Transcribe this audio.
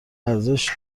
ارزش